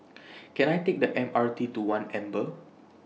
Can I Take The M R T to one Amber